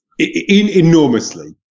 Enormously